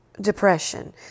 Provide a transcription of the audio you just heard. depression